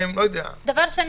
לא יודע --- אני לא רוצה